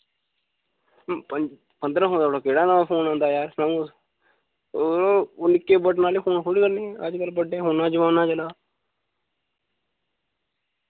पन्दरां सौ दा थुआढ़ा केह्ड़ा नवां फोन औंदा यार सनाओ हां तुस ओ यरो ओ निक्के बटन आह्ले फोन थोह्ड़ी करने अज्जकल बड्डे फोनें दा जमाना चले दा